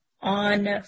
on